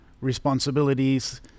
responsibilities